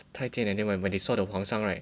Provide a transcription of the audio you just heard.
太贱 and then when when they saw the 皇上 right